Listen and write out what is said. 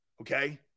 okay